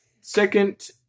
second